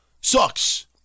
Sucks